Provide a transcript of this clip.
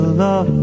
love